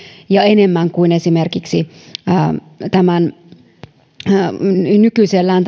ja enemmän kuin esimerkiksi nykyisellään